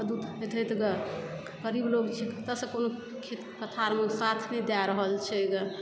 दूत हेतै ग गरीब लोग छी कतौ सॅं कोनो खेत पथार मे साथ नहि दै रहल छै ग